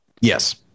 yes